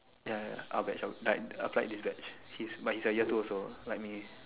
ya ya ya our batch like applied this batch he's but he's year two also like me